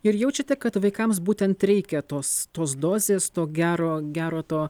ir jaučiate kad vaikams būtent reikia tos tos dozės to gero gero to